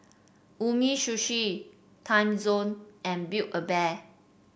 Umisushi Timezone and Build A Bear